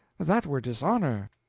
that were dishonor.